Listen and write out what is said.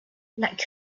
like